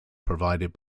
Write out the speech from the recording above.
provided